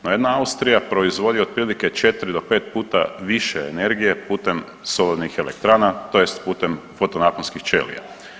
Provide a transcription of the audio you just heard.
No jedna Austrija proizvodi otprilike 4 do 5 puta više energije putem solarnih elektrana tj. putem fotonaponskih ćelija.